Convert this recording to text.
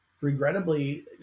regrettably